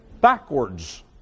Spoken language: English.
backwards